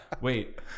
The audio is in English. Wait